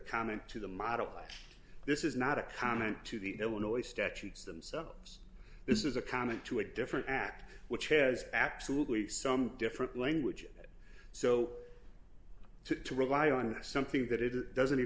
comment to the model this is not a comment to the illinois statutes themselves this is a comment to a different act which has absolutely some different language so to rely on something that it doesn't